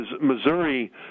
Missouri